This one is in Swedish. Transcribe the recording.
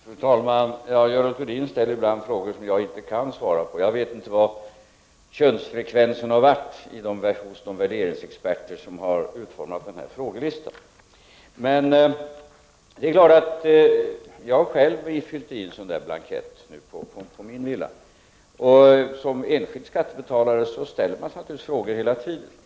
Fru talman! Görel Thurdin ställer ibland frågor som jag inte kan svara på. Jag vet inte hur könsfrekvensen har varit bland de värderingsexperter som har utformat denna frågelista. Jag har själv fyllt i en sådan där blankett för min villa. Som enskild skattebetalare ställer man sig naturligtvis frågor hela tiden.